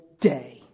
day